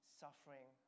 suffering